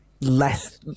less